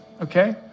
okay